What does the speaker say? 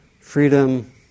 freedom